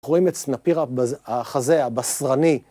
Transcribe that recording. רואים את סנפיר החזה, הבשרני.